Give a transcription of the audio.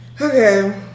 Okay